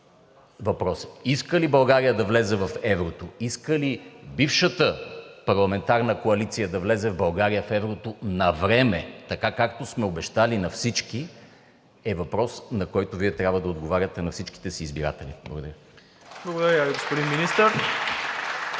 поставя: иска ли България да влезе в еврото, иска ли бившата парламентарна коалиция да влезе България в еврото навреме – така, както сме обещали на всички, е въпрос, на който Вие трябва да отговаряте на всичките си избиратели. Благодаря Ви.